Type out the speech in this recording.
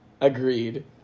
agreed